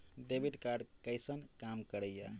Debit card कैसन काम करेया?